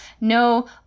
no